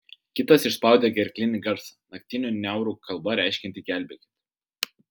kitas išspaudė gerklinį garsą naktinių niaurų kalba reiškiantį gelbėkit